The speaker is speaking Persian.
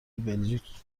بلژیک